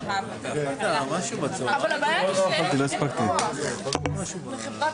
אבל הוא פולט